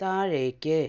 താഴേക്ക്